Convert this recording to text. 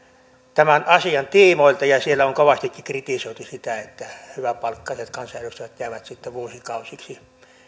tämän asian tiimoilta ja siellä on kovastikin kritisoitu sitä että hyväpalkkaiset kansanedustajat jäävät sitten vuosikausiksi